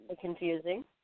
confusing